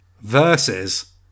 versus